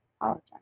apologize